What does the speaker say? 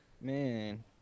Man